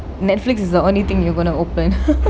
Netflix is the only thing you're going to open